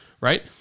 right